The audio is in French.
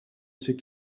ses